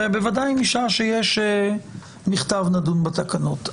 ובוודאי משעה שיש מכתב, נדון בתקנות.